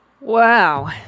Wow